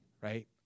Right